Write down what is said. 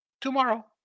tomorrow